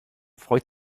freut